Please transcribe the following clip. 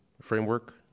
framework